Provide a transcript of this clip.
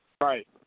Right